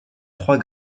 trois